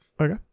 okay